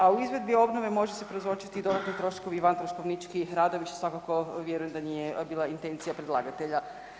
A u izvedbi obnove može se prouzročiti i dodatni troškovi i vantroškovički radovi … [[Govornik se ne razumije]] svakako, vjerujem da nije bila intencija predlagatelja.